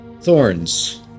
thorns